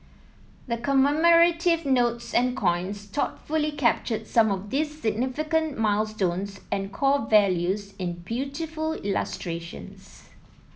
the commemorative notes and coins thoughtfully capture some of these significant milestones and core values in beautiful illustrations